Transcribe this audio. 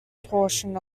portion